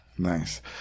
Nice